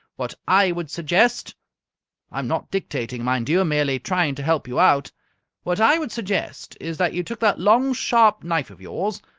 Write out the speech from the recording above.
what i would suggest i'm not dictating, mind you merely trying to help you out what i would suggest is that you took that long, sharp knife of yours,